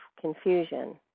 confusion